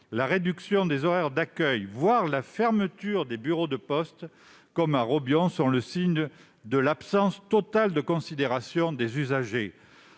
La réduction des horaires d'accueil, voire la fermeture des bureaux de poste, comme à Robion, sont les signes de l'absence totale de considération des usagers.